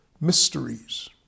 mysteries